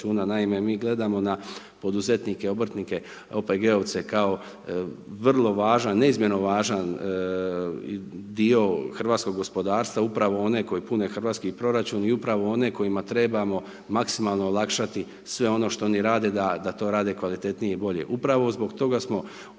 Naime, mi gledamo na poduzetnike, obrtnike, OPG-ovce kao vrlo važan, neizmjerno važan dio hrvatskog gospodarstva upravo one koji pune hrvatski proračun i upravo one kojima trebamo maksimalno olakšati sve ono što oni rade da to rade kvalitetnije i bolje.